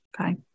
Okay